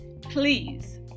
Please